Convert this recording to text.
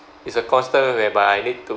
it's a constant whereby I need to